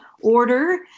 order